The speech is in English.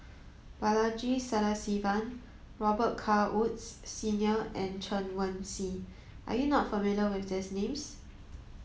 Balaji Sadasivan Robet Carr Woods Senior and Chen Wen Hsi are you not familiar with these names